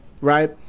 right